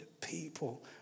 people